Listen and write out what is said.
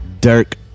Dirk